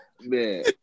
Man